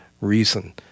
reason